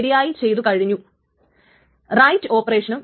അപ്പോൾ എളുപ്പത്തിന് ഇതിനെ നമുക്ക് T യുടെ റൈറ്റ് സ്റ്റാമ്പ് ആയിട്ട് എടുക്കാം